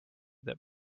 that